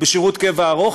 בשירות קבע ארוך.